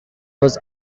was